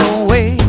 away